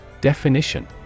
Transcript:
Definition